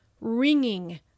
ringing